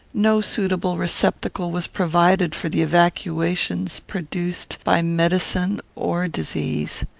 no suitable receptacle was provided for the evacuations produced by medicine or disease.